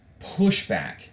pushback